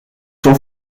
sont